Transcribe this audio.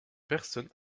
personnes